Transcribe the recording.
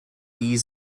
die